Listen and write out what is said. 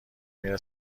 میره